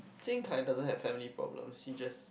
Jing-Kai doesn't have family problems he just